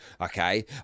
Okay